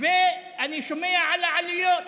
ואני שומע על העלויות,